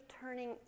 turning